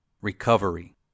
Recovery